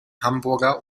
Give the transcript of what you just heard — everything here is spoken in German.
hamburger